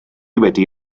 wedi